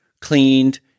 cleaned